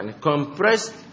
compressed